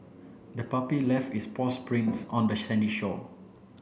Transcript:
the puppy left its paws prints on the sandy shore